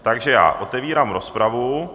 Takže já otevírám rozpravu.